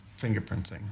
fingerprinting